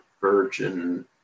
virgin